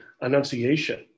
annunciation